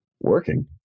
working